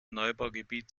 neubaugebiet